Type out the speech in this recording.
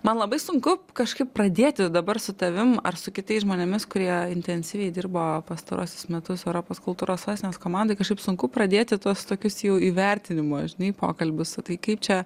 man labai sunku kažkaip pradėti dabar su tavim ar su kitais žmonėmis kurie intensyviai dirbo pastaruosius metus europos kultūros sostinės komandoj kažkaip sunku pradėti tuos tokius jau įvertinimo žinai pokalbius o tai kaip čia